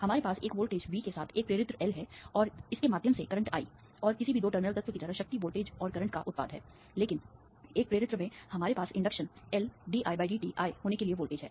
हमारे पास एक वोल्टेज वी के साथ एक प्रेरित्र L है और इसके माध्यम से करंट I और किसी भी दो टर्मिनल तत्व की तरह शक्ति वोल्टेज और करंट का उत्पाद है लेकिन एक प्रेरित्र में हमारे पास इंडक्शन LdIdt I होने के लिए वोल्टेज है